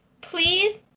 please